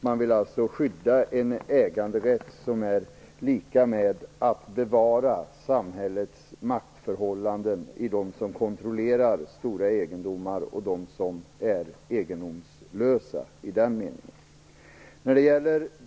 Man vill skydda en äganderätt som bevarar samhällets maktförhållanden i avseende på dem som kontrollerar stora egendomar och dem som i den meningen är egendomslösa.